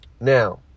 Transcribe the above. Now